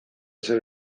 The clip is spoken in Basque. zer